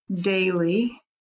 daily